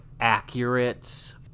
accurate